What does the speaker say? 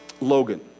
Logan